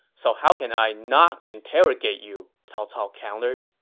so how can i not interrogate you? cao cao countered